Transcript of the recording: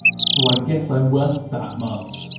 so i guess i'm worth that much.